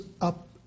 up